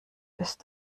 ist